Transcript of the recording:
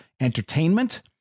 entertainment